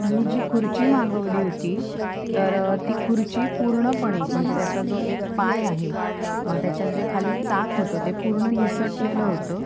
मी जी खुर्ची मागवली होती तर ती खुर्ची पूर्णपणे म्हणजे त्याचा जो एक पाय आहे त्याच्यात जे खाली चाक होतं ते पूर्ण निसटलेलं होतं